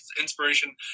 inspiration